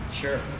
Sure